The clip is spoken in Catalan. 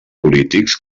polítics